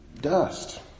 Dust